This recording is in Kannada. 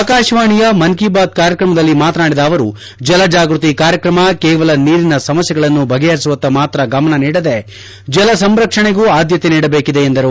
ಆಕಾಶವಾಣಿಯ ಮನ್ ಕೀ ಬಾತ್ ಕಾರ್ಯಕ್ರಮದಲ್ಲಿ ಮಾತನಾಡಿದ ಅವರು ಜಲ ಜಾಗ್ವತಿ ಕಾರ್ಯಕ್ರಮ ಕೇವಲ ನೀರಿನ ಸಮಸ್ಥೆಗಳನ್ನು ಬಗೆಹರಿಸುವತ್ತ ಮಾತ್ರ ಗಮನ ನೀಡದೆ ಜಲ ಸಂರಕ್ಷಣೆಗೂ ಆದ್ಲತೆ ನೀಡಬೇಕಿದೆ ಎಂದರು